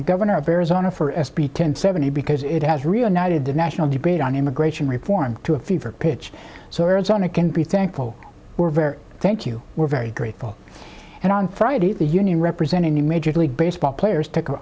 the governor of arizona for s b ten seventy because it has reignited the national debate on immigration reform to a fever pitch so arizona can be thankful we're very thank you we're very grateful and on friday the union representing the major league baseball players t